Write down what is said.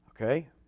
Okay